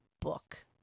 book